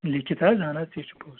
لیٖکھِتھ حظ اَہن حظ تہِ ہے چھُ پوٚز